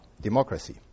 democracy